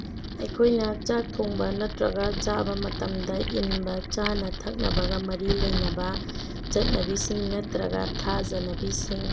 ꯑꯩꯈꯣꯏꯅ ꯆꯥꯛ ꯊꯣꯡꯕ ꯅꯠꯇ꯭ꯔꯒ ꯆꯥꯕ ꯃꯇꯝꯗ ꯏꯟꯕ ꯆꯥꯅ ꯊꯛꯅꯕꯒ ꯃꯔꯤ ꯂꯩꯅꯕ ꯆꯠꯅꯕꯤꯁꯤꯡ ꯅꯠꯇ꯭ꯔꯒ ꯊꯥꯖꯅꯕꯤꯁꯤꯡ